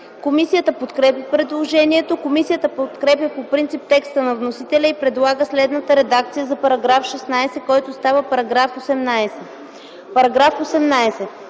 Комисията подкрепя предложението. Комисията подкрепя по принцип текста на вносителя и предлага следната редакция на § 16, който става § 18: „§ 18.